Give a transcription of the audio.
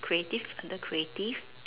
creative under creative